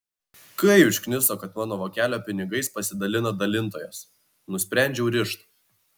kai užkniso kad mano vokelio pinigais pasidalina dalintojas nusprendžiau rišt